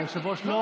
היושב-ראש לא